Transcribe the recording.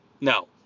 no